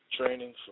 training